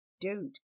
Don't